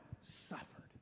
suffered